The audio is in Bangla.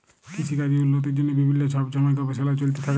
কিসিকাজের উল্লতির জ্যনহে বিভিল্ল্য ছব ছময় গবেষলা চলতে থ্যাকে